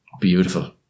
beautiful